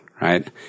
right